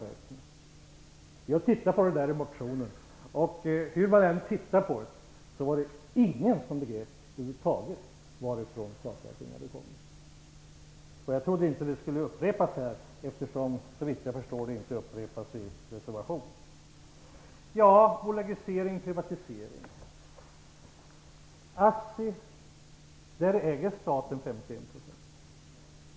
Vi har tittat på motionen, men hur man än tittade på den var det ingen som över huvud taget begrep varifrån saker och ting hade kommit. Jag trodde inte att det här skulle upprepas, eftersom det, såvitt jag förstår, inte upprepas i reservationen. Bolagisering och privatisering tas upp. I Assi äger staten 51 %.